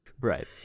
right